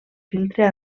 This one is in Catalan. filtre